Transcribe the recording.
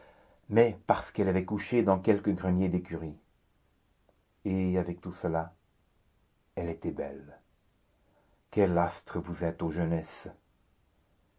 mais parce qu'elle avait couché dans quelque grenier d'écurie et avec tout cela elle était belle quel astre vous êtes ô jeunesse